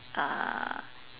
uh